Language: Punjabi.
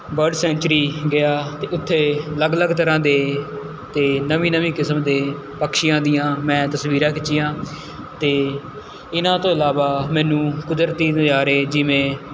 ਬਰਡ ਸੈਂਚਰੀ ਗਿਆ ਅਤੇ ਉੱਥੇ ਅਲੱਗ ਅਲੱਗ ਤਰ੍ਹਾਂ ਦੇ ਅਤੇ ਨਵੀਂ ਨਵੀਂ ਕਿਸਮ ਦੇ ਪੱਕਛੀਆਂ ਦੀਆਂ ਮੈਂ ਤਸਵੀਰਾਂ ਖਿੱਚੀਆਂ ਅਤੇ ਇਹਨਾਂ ਤੋਂ ਇਲਾਵਾ ਮੈਨੂੰ ਕੁਦਰਤੀ ਨਜ਼ਾਰੇ ਜਿਵੇਂ